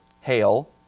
hail